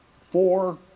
four